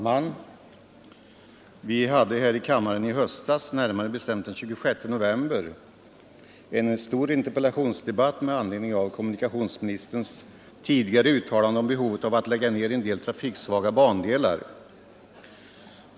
Fru talman! Vi hade här i kammaren i höstas, närmare bestämt den 26 november, en stor interpellationsdebatt med anledning av kommunikationsministerns tidigare uttalande om behovet av att lägga ned en del trafiksvaga bandelar.